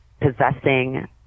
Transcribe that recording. possessing